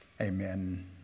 Amen